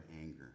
anger